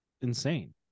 insane